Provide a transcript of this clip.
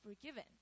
forgiven